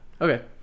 okay